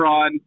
on